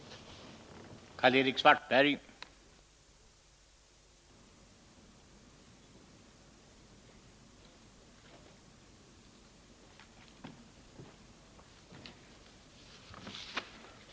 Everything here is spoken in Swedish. Torsdagen den